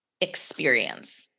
experience